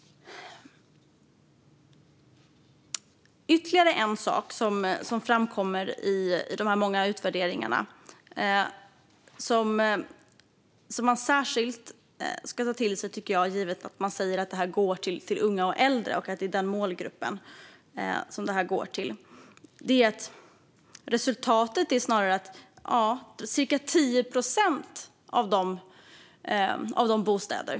Ytterligare något som framkommer i de många utvärderingarna är att resultatet, det vill säga bostäder som går till unga och äldre, är cirka 10 procent, om man går på Märta Stenevis siffror, fru talman. Det blir ungefär 2 500 bostäder.